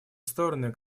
стороны